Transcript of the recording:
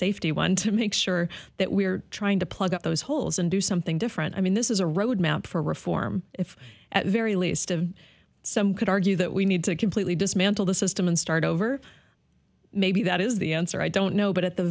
safety one to make sure that we are trying to plug those holes and do something different i mean this is a roadmap for reform if at the very least of some could argue that we need to completely dismantle the system and start over maybe that is the answer i don't know but at the